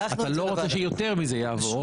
אתה לא רוצה שיותר מזה יעבור.